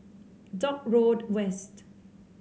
Dock Road West